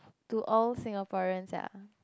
to all Singaporean ya